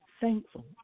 thankful